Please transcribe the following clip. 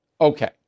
Okay